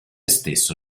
stesso